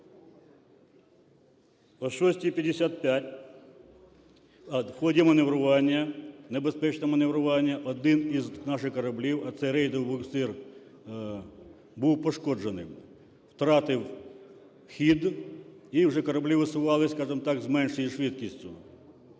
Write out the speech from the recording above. О 6:55 в ході маневрування, небезпечного маневрування, один із наших кораблів, а це рейдовий буксир, був пошкодженим, втратив хід, і вже кораблі висувалися, скажемо так, з меншою швидкістю.